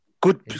good